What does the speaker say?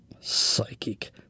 Psychic